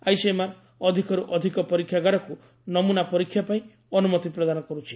ICMR ଅଧିକରୁ ଅଧିକ ପରୀକ୍ଷାଗାରକୁ ନମ୍ମନା ପରୀକ୍ଷାପାଇଁ ଅନୁମତି ପ୍ରଦାନ କରୁଛି